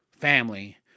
family